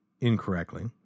incorrectly